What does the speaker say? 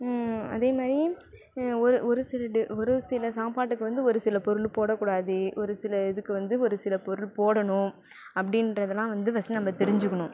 அதே மாதிரியே ஒரு ஒரு சிலது ஒரு சில சாப்பாட்டுக்கு வந்து ஒரு சில பொருள் போடக்கூடாது ஒரு சில இதுக்கு வந்து ஒரு சில பொருள் போடணும் அப்படின்றதுலாம் வந்து ஃபஸ்ட் நம்ம தெரிஞ்சிக்கணும்